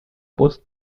пост